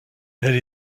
elle